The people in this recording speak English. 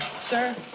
Sir